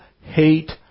hate